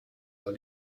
dans